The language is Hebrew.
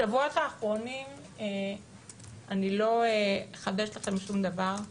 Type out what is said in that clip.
בשבועות האחרונים, לא אחדש לכם שום דבר,